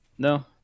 No